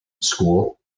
school